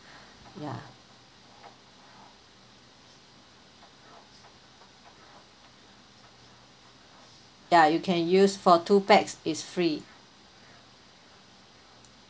ya ya you can use for two pax it's free